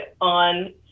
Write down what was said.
on